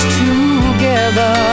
together